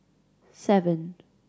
seven